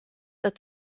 that